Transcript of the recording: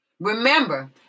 Remember